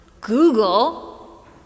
Google